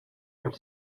are